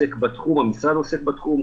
עוסק בתחום, המשרד עוסק בתחום.